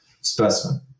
specimen